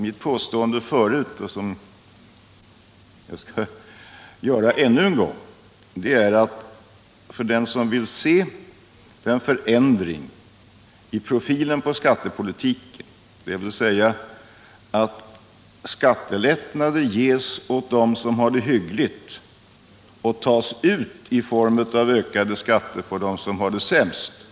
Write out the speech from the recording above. För det första påstod jag, vilket jag nu upprepar, att skattelättnader ges åt dem som har det hyggligt och tas ut i form av ökade skatter på dem som har det sämst.